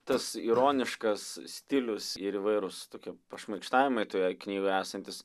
tas ironiškas stilius ir įvairūs tokie pašmaikštavimai toje knygoj esantys